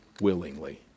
willingly